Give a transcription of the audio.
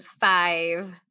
five